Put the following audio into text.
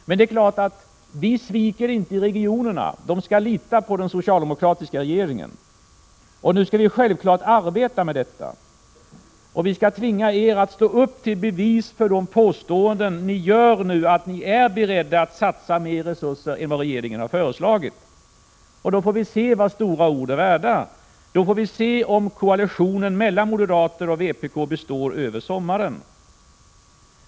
Men det är klart att vi inte sviker regionerna. De skall lita på den socialdemokratiska regeringen. Nu skall vi självfallet arbeta med detta. Vi skall tvinga er att stå upp till bevis för de påståenden ni gör nu, att ni är beredda att satsa mer resurser än regeringen har föreslagit. Då får vi se vad stora ord är värda. Då får vi se om koalitionen mellan moderater och vpk består över sommaren.